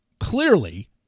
clearly